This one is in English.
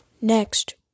Next